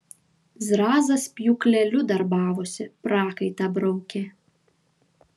zrazas pjūkleliu darbavosi prakaitą braukė